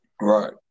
Right